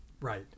Right